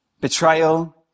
betrayal